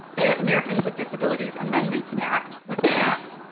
the americans with disabilities amendments act was passed,